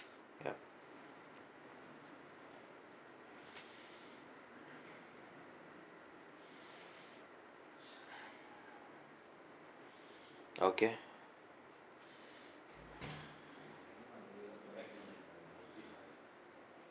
ya okay